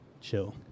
chill